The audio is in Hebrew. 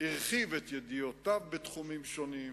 הרחיב את ידיעותיו בתחומים שונים,